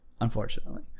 unfortunately